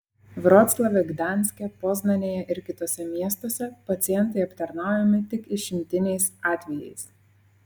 vroclave gdanske poznanėje ir kituose miestuose pacientai aptarnaujami tik išimtiniais atvejais